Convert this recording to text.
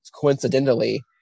coincidentally